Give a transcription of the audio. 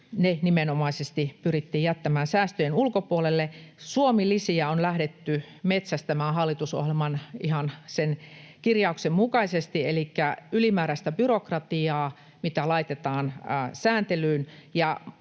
se nimenomaisesti pyrittiin jättämään säästöjen ulkopuolelle. Suomi-lisiä on lähdetty metsästämään ihan sen hallitusohjelman kirjauksen mukaisesti, elikkä ylimääräistä byrokratiaa, mitä laitetaan sääntelyyn.